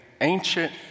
ancient